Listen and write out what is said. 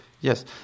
Yes